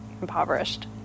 impoverished